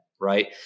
Right